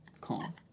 calm